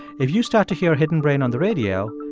if you start to hear hidden brain on the radio,